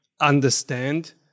understand